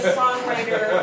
songwriter